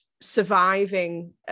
surviving